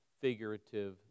figurative